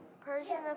Persian